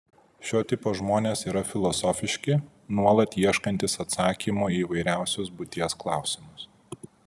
šio tipo žmonės yra filosofiški nuolat ieškantys atsakymų į įvairiausius būties klausimus